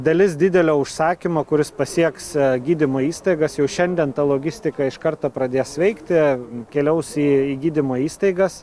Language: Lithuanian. dalis didelio užsakymo kuris pasieks gydymo įstaigas jau šiandien ta logistika iš karto pradės veikti keliaus į gydymo įstaigas